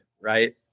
Right